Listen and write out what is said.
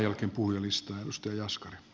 tämän jälkeen puhujalistaan